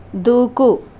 దూకు